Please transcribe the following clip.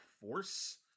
force